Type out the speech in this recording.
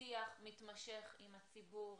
שיח מתמשך עם הציבור,